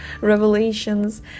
revelations